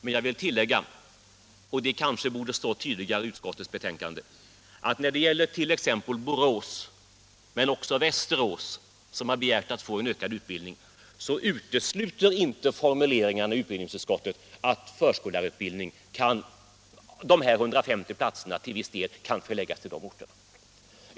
Men jag vill tillägga — och det borde kanske stå tydligare i utskottsbetänkandet — att när det gäller t.ex. Borås men också Västerås, som har begärt att få ökad utbildning, så utesluter inte formuleringarna i betänkandet att en viss del av de här 150 platserna i förskollärarutbildningen förläggs till de orterna.